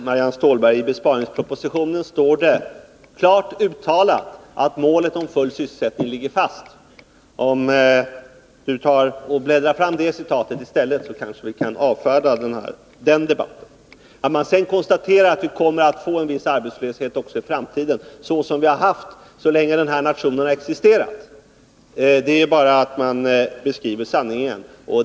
Herr talman! I besparingspropositionen står det klart uttalat, Marianne Stålberg, att målet full sysselsättning ligger fast. Bläddra fram det citatet i stället, så kanske vi sedan kan avföra den debatten! Att man konstaterar att vi kommer att få en viss arbetslöshet också i framtiden — liksom vi har haft så länge nationen har existerat — är bara att beskriva sanningen.